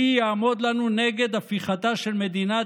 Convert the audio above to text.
מי יעמוד לנו כנגד הפיכתה של מדינת